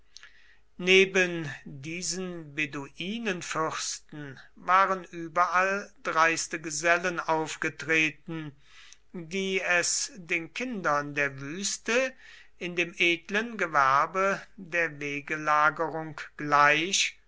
neben diesen beduinenfürsten waren überall dreiste gesellen aufgetreten die es den kindern der wüste in dem edlen gewerbe der wegelagerung gleich